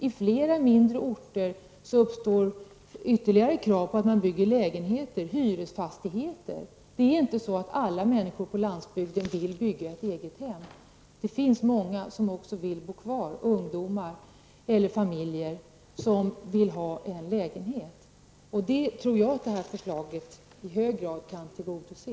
I flera mindre orter finns krav på att man skall bygga lägenheter -- hyresfastigheter. Det är inte så att alla människor på landsbygden vill bygga ett egethem. Det finns många -- ungdomar och familjer -- som också vill bo kvar på landsbygden och som vill ha en lägenhet, och det önskemålet tror jag att det här förslaget i hög grad kan tillgodose.